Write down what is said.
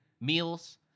meals